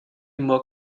more